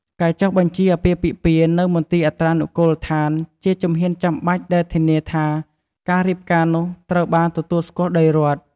ការចុះបញ្ជីអាពាហ៍ពិពាហ៍នៅមន្ទីរអត្រានុកូលដ្ឋាន ជាជំហានចាំបាច់ដែលធានាថា ការរៀបការនោះត្រូវបានទទួលស្គាល់ដោយរដ្ឋ។